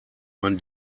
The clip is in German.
man